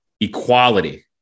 equality